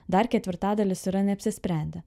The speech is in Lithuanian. dar ketvirtadalis yra neapsisprendę